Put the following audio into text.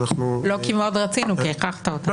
לא כי מאוד רצינו, כי הכרחת אותנו.